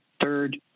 third